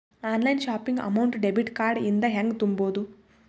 Online shopping amount debit card ಇಂದ ಹೆಂಗ್ ತುಂಬೊದು?